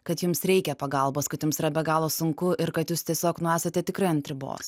kad jums reikia pagalbos kad jums yra be galo sunku ir kad jūs tiesiog nu esate tikrai ant ribos